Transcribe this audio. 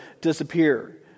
disappear